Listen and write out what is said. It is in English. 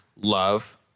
love